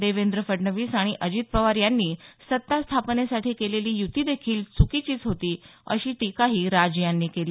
देवेंद्र फडणवीस आणि अजित पवार यांनी सत्तास्थापनेसाठी केलेली युती देखील चुकीचीच होती अशी टिकाही राज यांनी केली